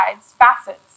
facets